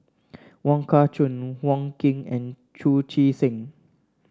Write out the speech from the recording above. Wong Kah Chun Wong Keen and Chu Chee Seng